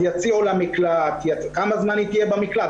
אז יציעו לה מקלט, כמה זמן היא תהיה במקלט?